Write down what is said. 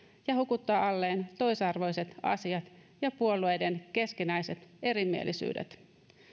ja hukuttaa alleen toisarvoiset asiat ja puolueiden keskinäiset erimielisyydet